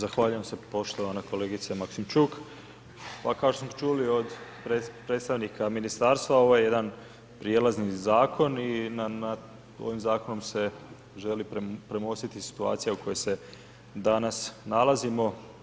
Zahvaljujem se poštovana kolegice Maksimčuk, pa kao što smo čuli od predstavnika ministarstva ovo je jedan prijelazni zakon i na, ovim zakonom se želi premostiti situacija u kojoj se danas nalazimo.